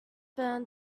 burned